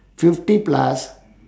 fifty plus